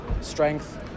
strength